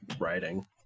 writing